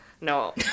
No